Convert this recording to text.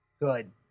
Good